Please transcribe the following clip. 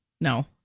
no